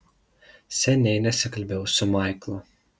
seniai nesikalbėjau su maiklu